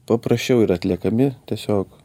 paprasčiau ir atliekami tiesiog